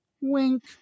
Wink